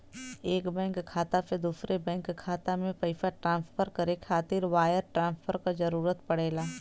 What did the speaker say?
एक बैंक खाता से दूसरे बैंक खाता में पइसा ट्रांसफर करे खातिर वायर ट्रांसफर क जरूरत पड़ेला